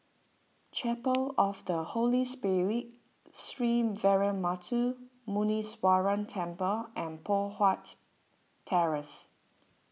Chapel of the Holy Spirit Sree Veeramuthu Muneeswaran Temple and Poh Huat Terrace